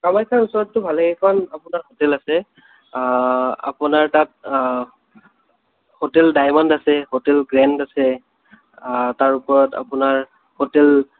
কামাখ্যাৰ ওচৰতো ভালেই কেইখন আপোনাৰ হোটেল আছে আপোনাৰ তাত হোটেল ডাইমণ্ড আছে হোটেল গ্ৰেণ্ড আছে তাৰ ওপৰত আপোনাৰ হোটেল